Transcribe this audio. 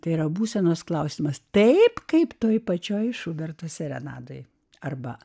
tai yra būsenos klausimas taip kaip toje pačioje šuberto serenadai arba